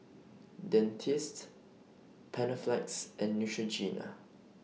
Dentiste Panaflex and Neutrogena